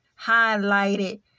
highlighted